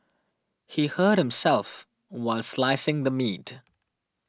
he hurt himself while slicing the meat